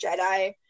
Jedi